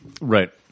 Right